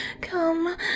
Come